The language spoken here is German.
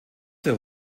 der